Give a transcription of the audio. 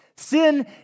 Sin